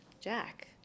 Jack